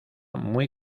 muy